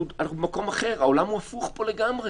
אנחנו במקום אחר, העולם פה הפוך לגמרי.